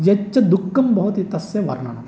यच्च दुःखं भवति तस्य वर्णनं